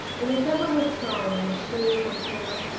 in the summer with song i shave and quiver,